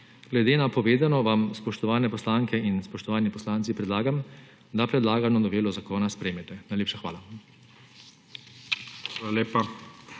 Glede na povedano vam, spoštovane poslanke in spoštovani poslanci, predlagam, da predlagano novelo zakona sprejmete. Najlepša hvala.